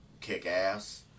kick-ass